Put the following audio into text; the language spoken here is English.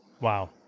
wow